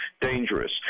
dangerous